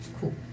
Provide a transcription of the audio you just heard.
Cool